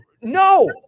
no